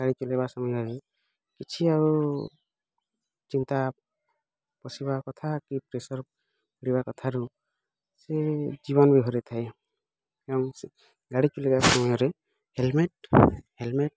ଗାଡ଼ି ଚଲାଇବା ସମୟରେ କିଛି ଆଉ ଚିନ୍ତା ପସିବା କଥା କି ପ୍ରେସର୍ ପଡ଼ିବା କଥାରୁ ସେ ଜୀବନ ବି ହରାଇ ଥାଏ ଏବଂ ଗାଡ଼ି ଚଲାଇବା ସମୟରେ ହେଲମେଟ୍ ହେଲମେଟ୍